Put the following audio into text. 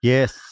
Yes